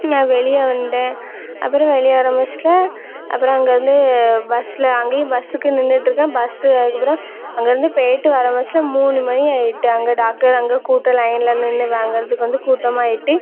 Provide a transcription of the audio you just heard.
நான் வெளியே வந்தேன் அப்புறம் வெளியே வர அப்புறம் அங்கே இருந்து பஸ்ஸில் அங்கேயும் பஸ்ஸுக்கு நின்றுட்டு இருக்கேன் பஸ்ஸு அதுக்கு அப்புறம் அங்கே இருந்து போயிட்டு வர பஸ்ஸில் மூணு மணி ஆகிட்டு அங்கே டாக்டர் அங்கே கூட்டம் லைனில் நின்று வாங்கிறதுக்கு வந்து கூட்டமாக ஆகிட்டு